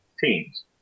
teams